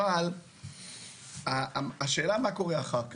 אבל השאלה היא מה קורה אחר כך,